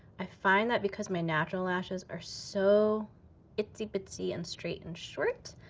i find that because my natural lashes are so itsy bitsy and straight and short,